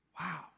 Wow